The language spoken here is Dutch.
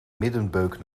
middenbeuk